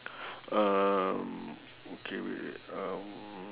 um okay wait wait um